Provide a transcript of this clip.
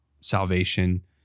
salvation